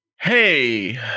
Hey